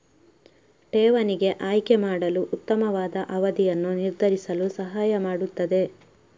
ಠೇವಣಿಗೆ ಆಯ್ಕೆ ಮಾಡಲು ಉತ್ತಮವಾದ ಅವಧಿಯನ್ನು ನಿರ್ಧರಿಸಲು ಸಹಾಯ ಮಾಡುತ್ತದೆ